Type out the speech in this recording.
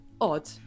odd